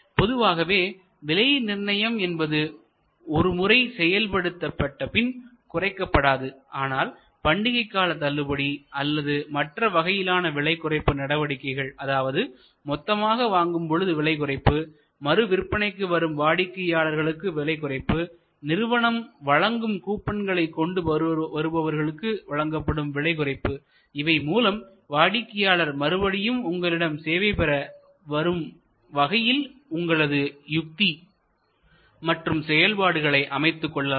பொதுவாகவே விலை நிர்ணயம் என்பது ஒரு முறை செய்யப்பட்டபின் குறைக்கப்படாது ஆனால் பண்டிகைக்கால தள்ளுபடி அல்லது மற்ற வகையிலான விலை குறைப்பு நடவடிக்கைகள் அதாவது மொத்தமாக வாங்கும் பொழுது விலை குறைப்பு மறு விற்பனைக்கு வரும் வாடிக்கையாளர்களுக்கு விலை குறைப்பு நிறுவனம் வழங்கும் கூப்பன்களை கொண்டு வருபவர்களுக்கு வழங்கப்படும் விலை குறைப்பு இவை மூலம் வாடிக்கையாளர் மறுபடியும் உங்களிடம் சேவை பெற வரும் வகையில் உங்களது யுக்தி மற்றும் செயல்பாடுகளை அமைத்துக் கொள்ளலாம்